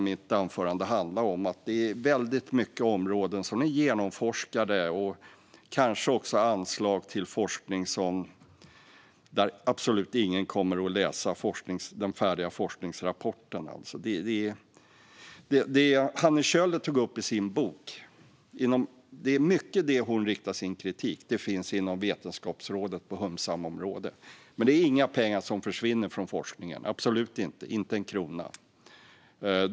Mitt anförande handlade just om att det är många områden som är genomforskade och att anslag kanske också ges till forskning där absolut ingen kommer att läsa den färdiga forskningsrapporten. Mycket av den kritik som Hanne Kjöller tar upp i sin bok riktas mot Vetenskapsrådet och hum-sam-området. Men det är inga pengar som försvinner från forskningen - absolut inte, inte en krona!